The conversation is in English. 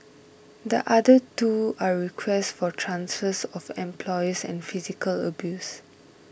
the other two are requests for transfers of employers and physical abuse